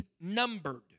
numbered